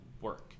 work